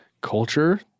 culture